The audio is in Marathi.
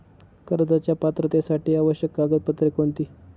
कर्जाच्या पात्रतेसाठी आवश्यक कागदपत्रे कोणती?